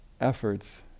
efforts